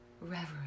reverence